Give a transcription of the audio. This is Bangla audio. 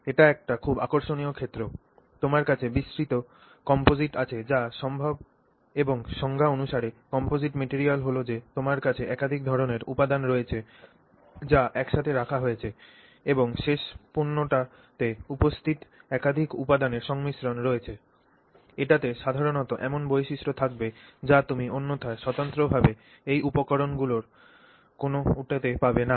এটি একটি খুব আকর্ষণীয় ক্ষেত্র তোমার কাছে বিস্তৃত কমপোজিট আছে যা সম্ভব্ এবং সংজ্ঞা অনুসারে কমপোজিট ম্যাটেরিয়াল হল যে তোমার কাছে একাধিক ধরণের উপাদান রয়েছে যা একসাথে রাখা হয়েছে এবং শেষ পণ্যটিতে উপস্থিত একাধিক উপাদানের সংমিশ্রণ রয়েছে এটাতে সাধারণত এমন বৈশিষ্ট্য থাকবে যা তুমি অন্যথায় স্বতন্ত্রভাবে এই উপকরণগুলির কোনওটিতে পাবে না